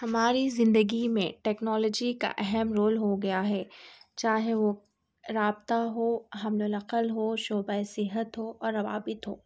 ہماری زندگی میں ٹیکنالوجی کا اہم رول ہو گیا ہے چاہے وہ رابطہ ہو حمل و نقل ہو شعبۂ صحت ہو اور روابط ہو